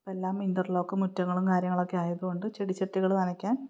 ഇപ്പോള് എല്ലാം ഇൻറർലോക്ക് മുറ്റങ്ങളും കാര്യങ്ങളുമൊക്കെ ആയതുകൊണ്ട് ചെടിച്ചട്ടികള് നനയ്ക്കാൻ